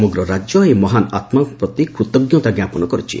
ସମଗ୍ର ରାଜ୍ୟ ଏହି ମହାନ ଆତ୍ମା ପ୍ରତି କୃତଙ୍କତା ଙ୍କାପନ କରୁଛି